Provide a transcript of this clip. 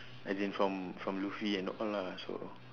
as in from from lutfi and all lah so